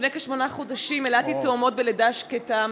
לפני כשמונה חודשים ילדתי תאומות בלידה שקטה.